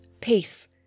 Peace